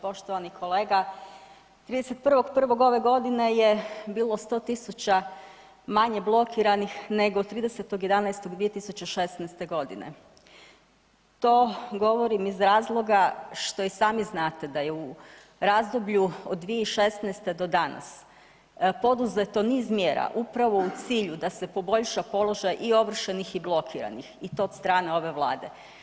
Poštovani kolega, 31.1. ove godine je bilo 100 tisuća manje blokiranih nego 30.11.2016. g. To govorim iz razloga što i sami znate da je u razdoblju od 2016. do danas poduzeto niz mjera upravo u cilju da se poboljša položaj i ovršenih i blokiranih i to od strane ove Vlade.